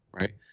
right